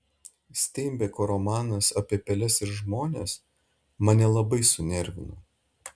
steinbeko romanas apie peles ir žmones mane labai sunervino